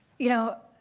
you know,